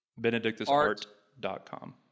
benedictusart.com